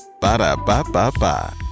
Ba-da-ba-ba-ba